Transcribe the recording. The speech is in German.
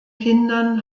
kindern